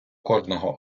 кожного